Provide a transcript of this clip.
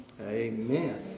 Amen